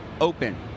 open